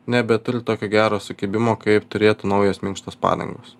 nebeturi tokio gero sukibimo kaip turėtų naujos minkštos padangos